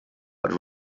but